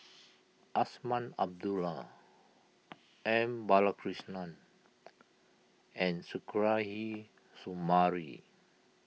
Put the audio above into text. Azman Abdullah M Balakrishnan and Suzairhe Sumari